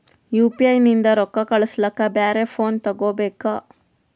UPI ನಿಂದ ರೊಕ್ಕ ಕಳಸ್ಲಕ ಬ್ಯಾರೆ ಫೋನ ತೋಗೊಬೇಕ?